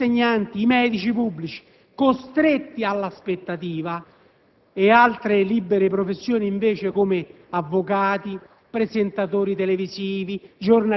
come i professori universitari, gli insegnanti, i medici pubblici, costretti all'aspettativa, a fronte di altri liberi professionisti, come avvocati,